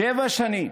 שבע שנים,